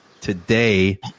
Today